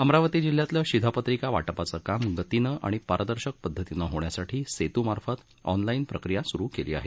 अमरावती जिल्ह्यातील शिधापत्रिका वाटपाचं काम गतीनं आणि पारदर्शक पद्धतीनं होण्यासाठी सेतू मार्फत ऑनलाइन प्रक्रिया स्रू करण्यात आली आहे